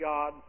God